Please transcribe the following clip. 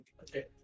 Okay